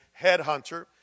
headhunter